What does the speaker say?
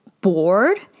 bored